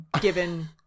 Given